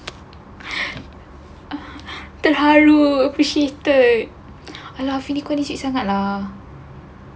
terharu appreciated !alah! I feel aku ni kecil sangat lah